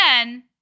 again